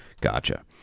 Gotcha